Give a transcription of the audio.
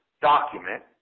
document